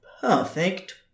perfect